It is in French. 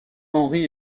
henri